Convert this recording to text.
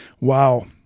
Wow